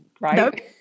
Right